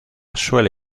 suele